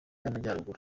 y’amajyaruguru